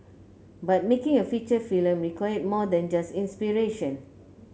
but making a feature film required more than just inspiration